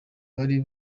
bari